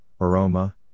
aroma